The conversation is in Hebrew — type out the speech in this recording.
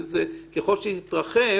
וככל שזה יתרחב